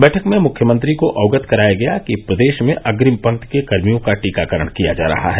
बैठक में मुख्यमंत्री को अवगत कराया गया कि प्रदेश में अग्रिम पंक्ति के कर्मियों का टीकाकररण किया जा रहा है